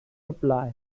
reply